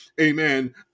Amen